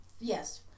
yes